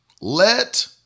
let